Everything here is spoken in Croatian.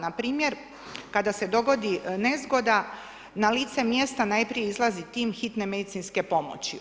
Npr. kada se dogodi nezgoda na lice mjesta najprije izlazi tim hitne medicinske pomoći.